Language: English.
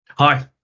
Hi